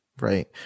Right